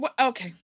Okay